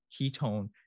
ketone